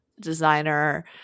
designer